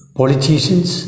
politicians